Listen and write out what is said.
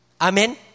Amen